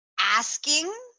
Asking